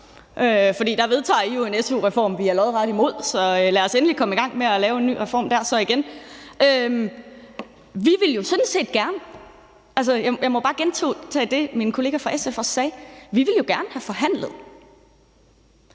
der vedtager I jo en su-reform, vi er lodret imod. Så lad os endelig komme i gang med at lave en ny reform igen. Jeg må bare gentage det, min kollega fra SF også sagde: Vi ville jo gerne have forhandlet.